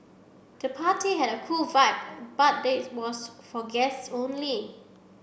the party had a cool vibe but they was for guests only